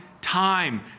time